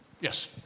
Yes